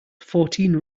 fourteen